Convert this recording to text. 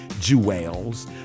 jewels